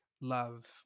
love